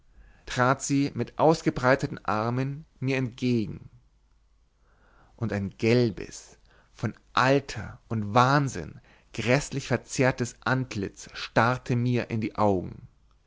trat sie mit ausgebreiteten armen mir entgegen und ein gelbes von alter und wahnsinn gräßlich verzerrtes antlitz starrte mir in die augen